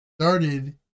started